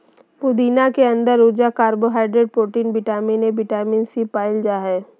पुदीना के अंदर ऊर्जा, carbohydrate, protein, vitamin A, vitamin C, पाल जा हइ